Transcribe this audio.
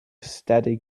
steady